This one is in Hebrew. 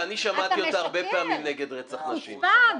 את חברת הכנסת ברקו מדברת נגד רצח נשים --- הופה.